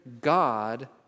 God